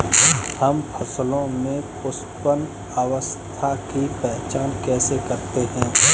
हम फसलों में पुष्पन अवस्था की पहचान कैसे करते हैं?